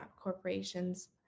corporations